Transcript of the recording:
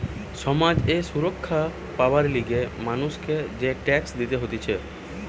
সমাজ এ সুরক্ষা পাবার লিগে মানুষকে যে ট্যাক্স দিতে হতিছে